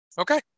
Okay